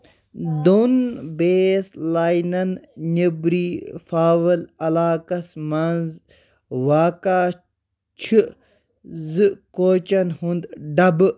دۄن بیس لاینَن نیٔبٕری فاول علاقس منٛز واقع چھِ زٕ کوچٕن ہند ڈبہٕ